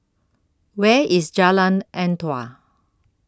Where IS Jalan Antoi